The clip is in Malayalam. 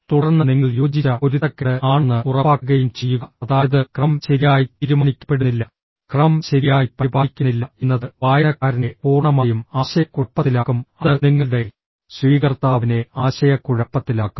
തുടർന്ന് നിങ്ങൾ യോജിച്ച പൊരുത്തക്കേട് ആണെന്ന് ഉറപ്പാക്കുകയും ചെയ്യുക അതായത് ക്രമം ശരിയായി തീരുമാനിക്കപ്പെടുന്നില്ല ക്രമം ശരിയായി പരിപാലിക്കുന്നില്ല എന്നത് വായനക്കാരനെ പൂർണ്ണമായും ആശയക്കുഴപ്പത്തിലാക്കും അത് നിങ്ങളുടെ സ്വീകർത്താവിനെ ആശയക്കുഴപ്പത്തിലാക്കും